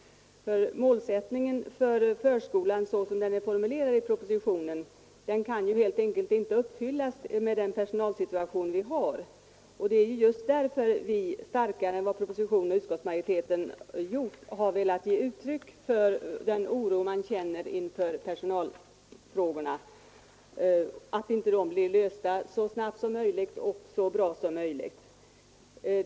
Målsättningen för förskolan, sådan den är formulerad i propositionen, kan helt enkelt inte uppfyllas med den personalsituation vi har. Därför har vi starkare än vad propositionen och utskottsmajoriteten gjort velat ge uttryck för den oro vi känner för att personalfrågorna inte blir lösta så snabbt och så bra som möjligt.